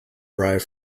derive